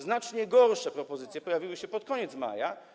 Znacznie gorsze propozycje pojawiły się pod koniec maja.